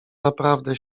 naprawdę